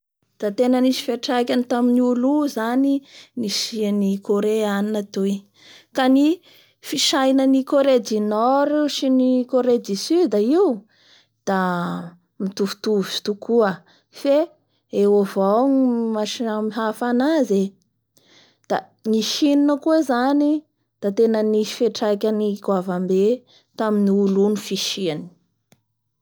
Amin'ny tany io ao koa zay nohon'ny fisian'ny ireto karazan'olo maromaro ireto mitambatsy izay ro namoro ny kolontsain'olo io ao. Ka itony aby zany ny olo mitambatambatsy ao. ao ny karazan'olo Ibera zao. Ao ny karazan'olo seltesse ao ny basque, ao ny fegnicien ao ny romain, ao ny suève, ao ny wisgnofe, ao ny romes, ao ny mors ao ny juif. Ao avao koa ny grecov. Io olo maromaro io zany ro namoro an'io tagnà raiky io.